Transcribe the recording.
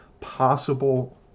possible